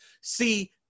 See